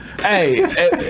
Hey